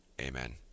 Amen